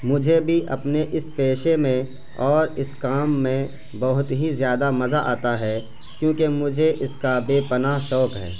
مجھے بھی اپنے اس پیشے میں اور اس کام میں بہت ہی زیادہ مزہ آتا ہے کیونکہ مجھے اس کا بے پناہ شوق ہے